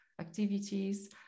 activities